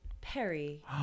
Perry